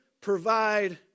provide